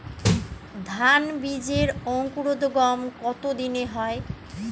ধান বীজের অঙ্কুরোদগম কত দিনে হয়?